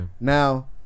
Now